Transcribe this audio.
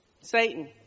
Satan